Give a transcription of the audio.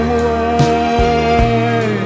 away